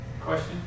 Question